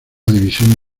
división